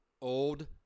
Old